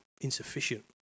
insufficient